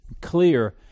clear